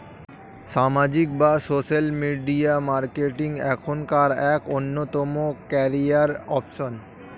সামাজিক বা social media marketing এখনকার এক অন্যতম ক্যারিয়ার অপশন